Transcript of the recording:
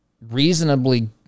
reasonably